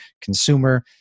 consumer